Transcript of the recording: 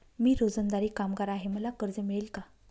मी रोजंदारी कामगार आहे मला कर्ज मिळेल का?